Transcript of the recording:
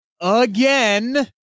again